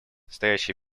стоящие